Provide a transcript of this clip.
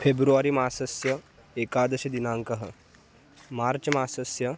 फेब्रवरी मासस्य एकादशदिनाङ्कः मार्च् मासस्य